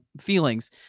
feelings